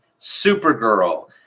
Supergirl